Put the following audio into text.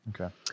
Okay